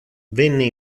venne